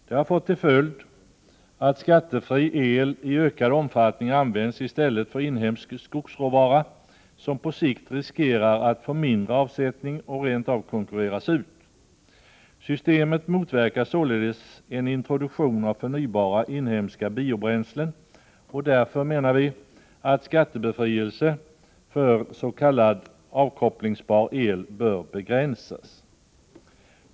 Det har fått till följd att skattefri el i ökad omfattning används i stället för inhemsk skogsråvara, som på sikt riskerar att få mindre avsättning och rent av konkurreras ut. Systemet motverkar således en introduktion av förnybara inhemska biobränslen, och därför menar vi att skattebefrielse för s.k. avkopplingsbar el bör begränsas.